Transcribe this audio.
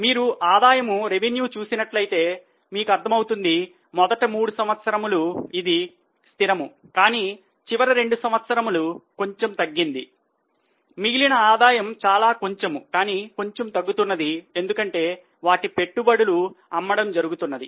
మీరు ఆదాయం చూసినట్లయితే మీకు అర్థమవుతుంది మొదటి మూడు సంవత్సరములు ఇది స్థిరము కానీ చివరి రెండు సంవత్సరములు కొంచెం తగ్గింది మిగిలిన ఆదాయం చాలా కొంచెం కానీ కొంచెం తగ్గుతున్నది ఎందుకంటే వాటి పెట్టుబడులు అమ్మడం జరుగుతున్నది